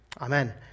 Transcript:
Amen